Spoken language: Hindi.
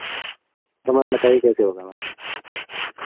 अब मैम बताइए कैसे होगा हमारा ये